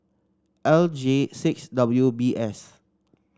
L J six W B S